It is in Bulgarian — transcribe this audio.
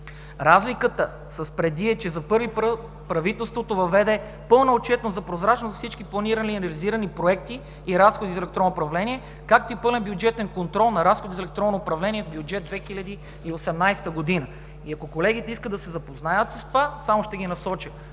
Разликата с преди е, че за пръв път правителството въведе пълна отчетност за прозрачност за всички планирани и реализирани проекти и разходи за електронно управление, както и пълен бюджетен контрол на разходите за електронно управление в Бюджет 2018 г. Ако колегите искат да се запознаят с това, само ще ги насоча